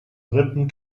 rippen